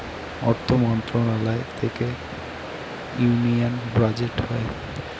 অর্থ মন্ত্রণালয় থেকে ইউনিয়ান বাজেট হয়